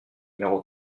numéro